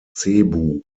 cebu